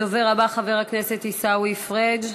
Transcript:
הדובר הבא, חבר הכנסת עיסאווי פריג'